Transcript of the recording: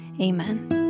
Amen